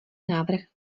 návrh